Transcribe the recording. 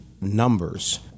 numbers